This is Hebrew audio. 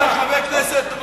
חבר הכנסת,